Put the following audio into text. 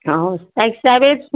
औ जायखिजाया बे